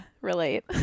relate